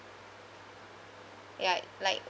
ya like